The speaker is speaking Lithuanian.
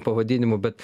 pavadinimu bet